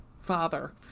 father